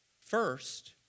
First